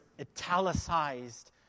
italicized